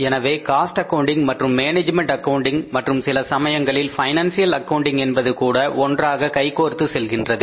எனவே cost accounting மற்றும் management accounting மற்றும் சில சமயங்களில் பைனான்சியல் அக்கவுண்டிங் என்பதுகூட ஒன்றாக கைகோர்த்து செல்கின்றது